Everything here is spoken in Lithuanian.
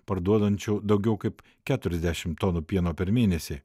parduodančių daugiau kaip keturiasdešimt tonų pieno per mėnesį